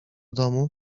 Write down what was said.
domu